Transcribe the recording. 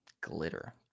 Glitter